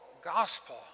gospel